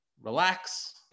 relax